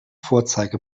vorzeige